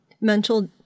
mental